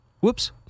Whoops